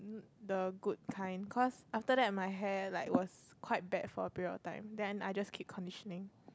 the good type cause after that my hair like was quite bad for period time then I just keep conditioning